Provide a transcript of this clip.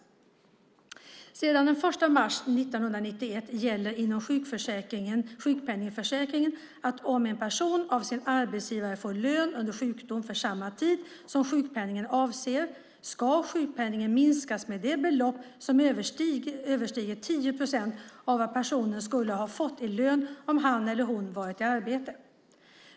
Sedan den 1 mars 1991 gäller inom sjukpenningförsäkringen att om en person av sin arbetsgivare får lön under sjukdom för samma tid som sjukpenningen avser ska sjukpenningen minskas med det belopp som överstiger 10 procent av vad personen skulle ha fått i lön om han eller hon varit i arbete.